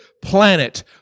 planet